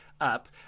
up